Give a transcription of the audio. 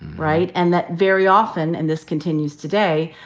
right and that very often, and this continues today,